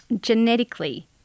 genetically